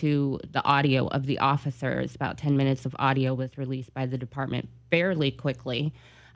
to the audio of the officers about ten minutes of audio was released by the department fairly quickly